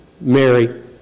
Mary